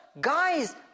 Guys